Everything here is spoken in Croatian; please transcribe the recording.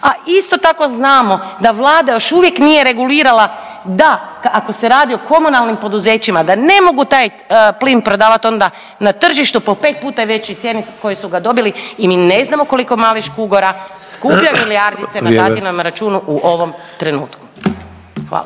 a isto tako znamo da Vlada još uvijek nije regulira da ako se radi o komunalnim poduzećima da ne mogu taj plin prodavati onda na tržištu po pet puta većoj cijeni kojoj su ga dobili i mi ne znamo koliko malih Škugora skuplja milijardice … …/Upadica Sanader: Vrijeme./…